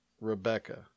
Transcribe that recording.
Rebecca